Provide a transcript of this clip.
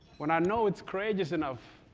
when i know it's courageous enough